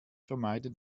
vermeiden